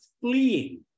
fleeing